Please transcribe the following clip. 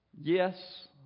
Yes